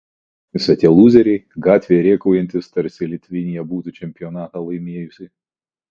užknisa tie lūzeriai gatvėje rėkaujantys tarsi litvinija būtų čempionatą laimėjusi